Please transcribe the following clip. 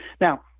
Now